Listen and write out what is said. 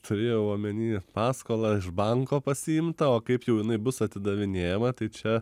turėjau omeny paskolą iš banko pasiimtą o kaip jau jinai bus atidavinėjama tai čia